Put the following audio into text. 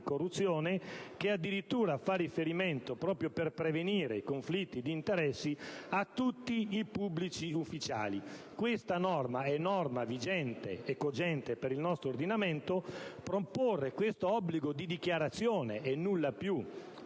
anticorruzione, che addirittura fa riferimento, proprio per prevenire ai conflitti di interessi, a tutti i pubblici ufficiali: questa norma è vigente e cogente per il nostro ordinamento. Proporre questo obbligo di dichiarazione, e nulla più,